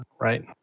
right